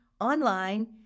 online